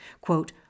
quote